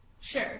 Sure